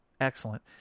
Excellent